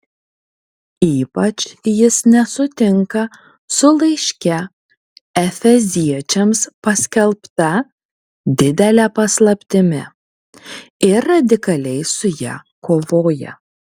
ypač jis nesutinka su laiške efeziečiams paskelbta didele paslaptimi ir radikaliai su ja kovoja